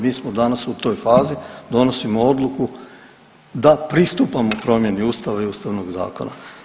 Mi smo danas u toj fazi, donosimo odluku da pristupamo promjeni Ustava i Ustavnog zakona.